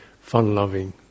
fun-loving